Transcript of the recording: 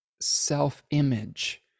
self-image